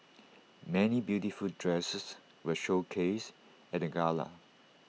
many beautiful dresses were showcased at the gala